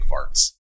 farts